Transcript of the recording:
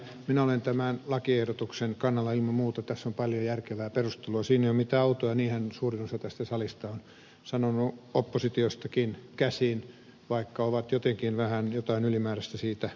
minä olen tämän lakiehdotuksen kannalla ilman muuta tässä on paljon järkevää perustelua siinä ei ole mitään outoa ja niinhän suurin osa tästä salista on sanonut oppositiostakin käsin vaikka ovat jotenkin vähän jotain ylimääräistä siitä löytäneet